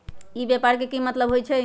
ई व्यापार के की मतलब होई छई?